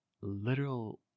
literal